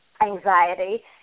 anxiety